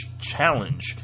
Challenge